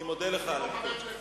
אני מודה לך על כך.